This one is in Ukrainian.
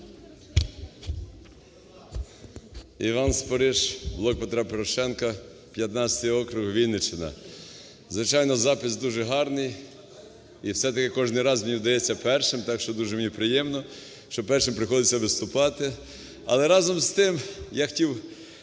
Іван Спориш, "Блок Петра Порошенка", 15 округ, Вінниччина. Звичайно, запис дуже гарний, і все-таки кожний раз мені вдається першим. Так що дуже мені приємно, що першим приходиться виступати. Але, разом з тим я хотів